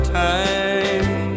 time